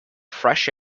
fresh